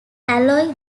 alloy